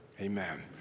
Amen